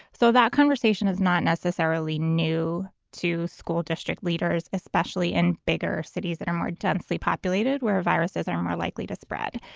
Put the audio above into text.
so that conversation is not necessarily new to school district leaders, especially in bigger cities that are more densely populated, where viruses are more likely to spread.